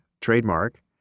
trademark